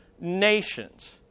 nations